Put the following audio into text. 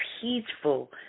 peaceful